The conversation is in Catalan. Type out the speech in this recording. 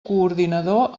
coordinador